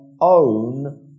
own